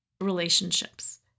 relationships